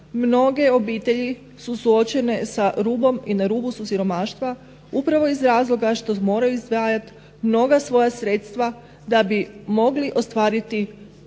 mnoge obitelji su suočene sa rubom i na rubu su siromaštva upravo iz razloga što moraju izdvajati mnoga svoja sredstva da bi mogli ostvariti